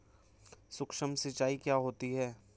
सुक्ष्म सिंचाई क्या होती है?